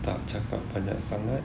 tak cakap banyak sangat